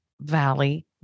valley